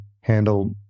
handle